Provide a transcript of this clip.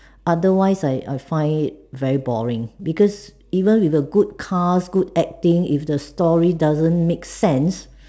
otherwise I I find it very boring because even with good cast good acting but if the story doesn't make sense